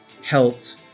helped